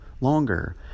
longer